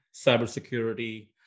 cybersecurity